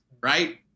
right